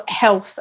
health